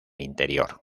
interior